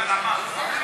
מרגי.